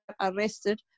arrested